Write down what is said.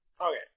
Okay